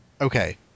Okay